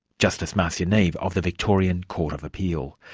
justice marcia neave of the victorian court of appeal.